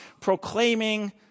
proclaiming